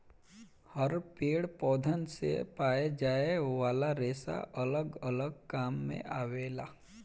हर पेड़ पौधन से पाए जाये वाला रेसा अलग अलग काम मे आवेला